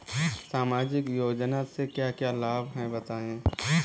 सामाजिक योजना से क्या क्या लाभ हैं बताएँ?